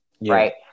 right